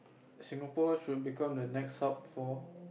Singapore should become the next sup for